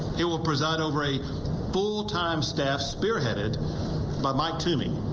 you will preside over a full time staff spearheaded by my team.